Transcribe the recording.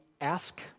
ask